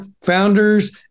Founders